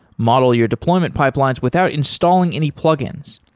model your deployment pipelines without installing any plugins.